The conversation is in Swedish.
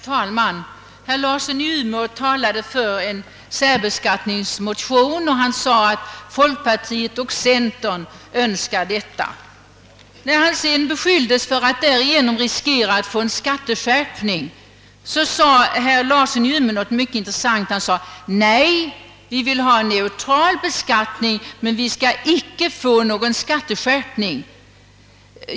' Herr'talmän! Herr Larsson i Umeå talade här för en särbeskattningsmotion och framhöll att folkpartiet och centern önskar en sådan reform. När han sedan beskylldes för att därigenom riskera att åstadkomma en skatteskärpning, gjorde han ett mycket intressant uttalande. Han sade: Nej, vi vill. ha neutral beskattning, men inte någon skatteskärpning.